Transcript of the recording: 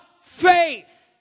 faith